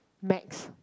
maths